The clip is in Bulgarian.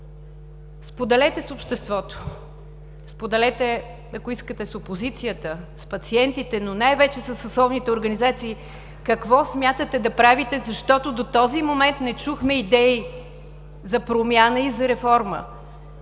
Споделете с обществото – споделете, ако искате с опозицията, с пациентите, но най-вече със съсловните организации какво смятате да правите, защото до този момент не чухме идеи за промяна и за реформа.